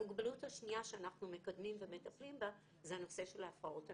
המוגבלות השנייה שאנחנו מקדמים ומטפלים בה זה הנושא של ההפרעות הנפשיות,